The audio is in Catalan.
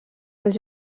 els